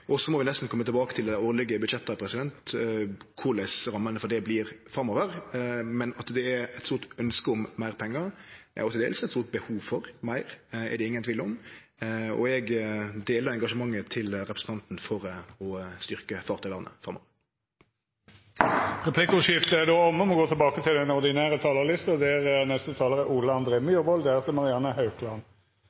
Så må vi nesten kome tilbake til i dei årlege budsjetta korleis rammene for det vert framover. Men at det er eit stort ønske om meir pengar – og til dels eit stort behov for meir – er det ingen tvil om. Eg deler engasjementet til representanten for å styrkje fartøyvernet framover. Replikkordskiftet er avslutta. Dei talarane som heretter får ordet, har ei taletid på inntil 3 minutt. «Kirken den er